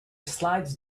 slides